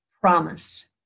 promise